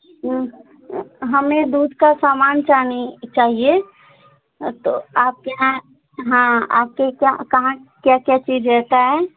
हमें दूध का सामान चानी चाहिए तो आपके यहाँ हाँ आपके कहाँ कहाँ क्या क्या चीज़ रहता है